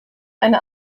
eine